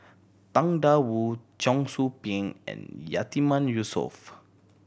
Tang Da Wu Cheong Soo Pieng and Yatiman Yusof